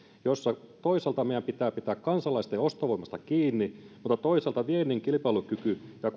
jossa toisaalta meidän pitää pitää kansalaisten ostovoimasta kiinni mutta toisaalta viennin kilpailukyvystä ja